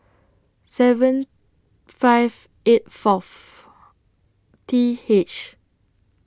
seven five eight Fourth T H